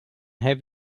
have